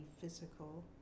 physical